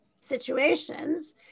situations